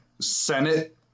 Senate